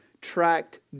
tracked